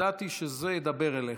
ידעתי שזה ידבר אליך.